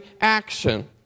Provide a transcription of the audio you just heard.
action